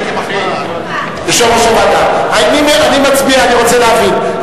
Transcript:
יושב-ראש הוועדה, אני רוצה להבין.